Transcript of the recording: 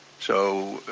so